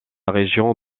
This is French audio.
région